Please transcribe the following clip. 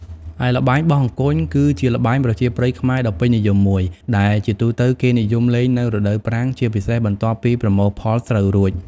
ឯល្បែងបោះអង្គញ់គឺជាល្បែងប្រជាប្រិយខ្មែរដ៏ពេញនិយមមួយ ដែលជាទូទៅគេនិយមលេងនៅរដូវប្រាំង ជាពិសេសបន្ទាប់ពីប្រមូលផលស្រូវរួច ។